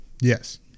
Yes